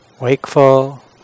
wakeful